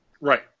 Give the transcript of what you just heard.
Right